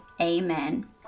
amen